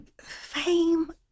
fame